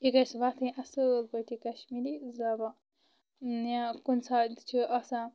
یہِ گژھِ وۄتھٕنۍ اصل پٲٹھۍ یہِ کشمیٖری زبان یا کُنہِ ساتہٕ چھِ آسان